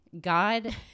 God